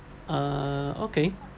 ah okay